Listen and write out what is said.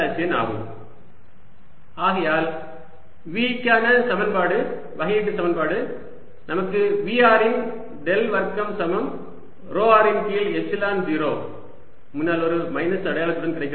V x∂xy∂yz∂zx∂V∂xy∂V∂yz∂V∂z 2Vx22Vy22Vz2 ஆகையால் V க்கான சமன்பாடு வகையீட்டு சமன்பாடு நமக்கு V r இன் டெல் வர்க்கம் சமம் ρ r இன் கீழ் எப்சிலன் 0 முன்னால் ஒரு மைனஸ் அடையாளத்துடன் கிடைக்கிறது